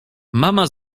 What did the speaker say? mama